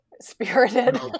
Spirited